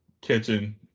kitchen